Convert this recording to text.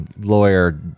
lawyer